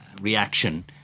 reaction